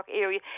area